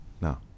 Now